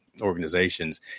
organizations